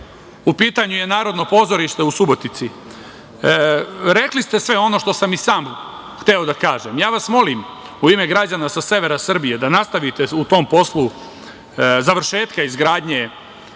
u pitanju je Narodno pozorište u Subotici. Rekli ste sve ono što sam i sam hteo da kažem. Molim vas u ime građana sa severa Srbije da nastavite u tom poslu završetka izgradnje